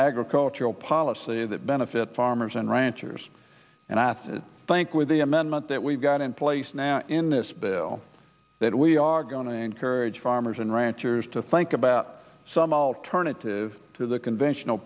agricultural policy that benefit farmers and ranchers and i think with the amendment that we've got in place now in this bill that we are going to encourage farmers and ranchers to think about some alternative to the conventional